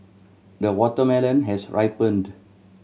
the watermelon has ripened